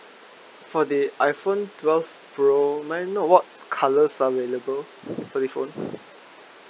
for the iphone twelve pro may I what colours are available for the phone